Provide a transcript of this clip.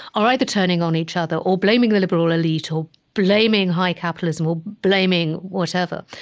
are either turning on each other, or blaming the liberal elite, or blaming high capitalism, or blaming whatever.